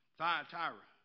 Thyatira